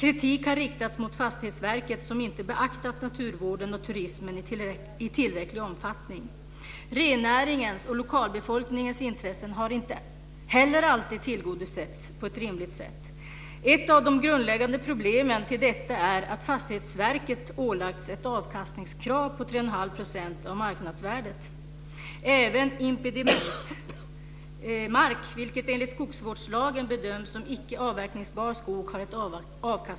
Kritik har riktats mot Fastighetsverket, som inte beaktat naturvården och turismen i tillräcklig omfattning. Rennäringens och lokalbefolkningens intressen har inte heller alltid tillgodosetts på ett rimligt sätt. Ett av de grundläggande problemen i samband med detta är att Fastighetsverket ålagts ett avkastningskrav på 3 1⁄2 % av marknadsvärdet.